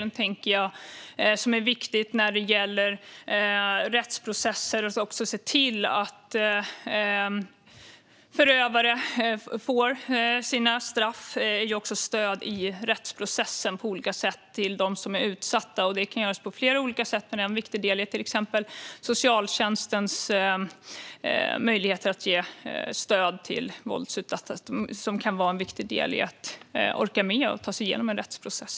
Den andra delen som är viktig gäller rättsprocessen: att se till att förövare får sina straff och att på olika sätt ge stöd i rättsprocessen till dem som är utsatta. Detta kan göras på flera olika sätt. En viktig del är till exempel socialtjänstens möjligheter att ge stöd till våldsutsatta, något som kan vara viktigt för att de ska orka med att ta sig igenom en rättsprocess.